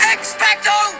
Expecto